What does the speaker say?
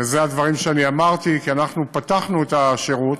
וזה הדברים שאמרתי, כי פתחנו את השירות,